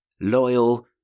loyal